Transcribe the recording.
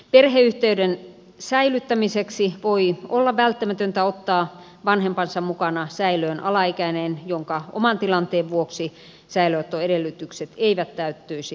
perheyhteyden säilyttämiseksi voi olla välttämätöntä ottaa vanhempansa mukana säilöön alaikäinen jonka oman tilanteen vuoksi säilöönottoedellytykset eivät täyttyisi